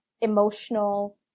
emotional